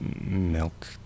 Milk